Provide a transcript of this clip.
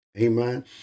Amen